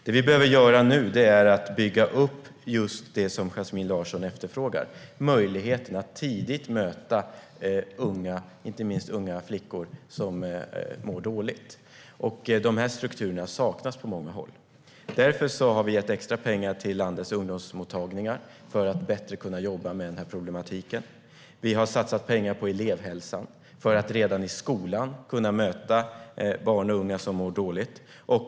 Nu behöver vi bygga upp just det som Yasmine Larsson efterfrågar, nämligen möjligheten att tidigt möta inte minst unga flickor som mår dåligt. Dessa strukturer saknas på många håll. Därför har vi gett extra pengar till landets ungdomsmottagningar för att de bättre ska kunna jobba med den här problematiken. Vi har satsat pengar på elevhälsan för att den redan i skolan ska kunna möta barn och unga som mår dåligt.